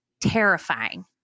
terrifying